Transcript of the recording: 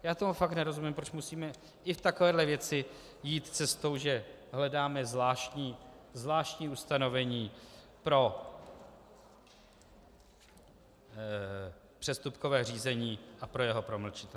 Já tomu fakt nerozumím, proč musíme i v takovéhle věci jít cestou, že hledáme zvláštní ustanovení pro přestupkové řízení a pro jeho promlčitelnost.